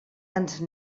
ens